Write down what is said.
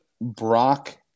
Brock